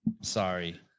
Sorry